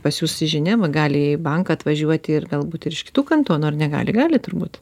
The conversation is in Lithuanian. pas jus į ženevą gali į banką atvažiuoti ir galbūt ir iš kitų kantonų ar negali gali turbūt